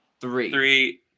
Three